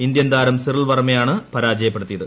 Indian താരം Cyril വർമയെയാണ് പരാജയപ്പെടുത്തിയത്